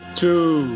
two